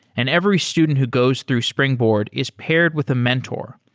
and every student who goes through springboard is paired with a mentor,